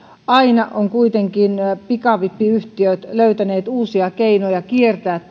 aina ovat kuitenkin pikavippiyhtiöt löytäneet uusia keinoja kiertää